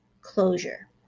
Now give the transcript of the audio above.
closure